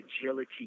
agility